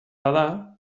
bada